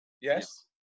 Yes